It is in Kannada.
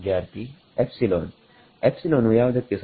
ವಿದ್ಯಾರ್ಥಿಎಪ್ಸಿಲೋನ್ ಎಪ್ಸಿಲೋನ್ ವು ಯಾವುದಕ್ಕೆ ಸಮ